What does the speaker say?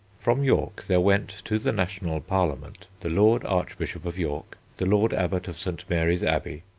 from york there went to the national parliament the lord archbishop of york, the lord abbot of st. mary's abbey,